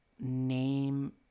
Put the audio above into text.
name